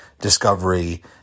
Discovery